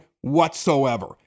whatsoever